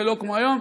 ולא כמו היום.